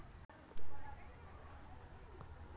मसूर में खाद मिलनी चाहिए या नहीं?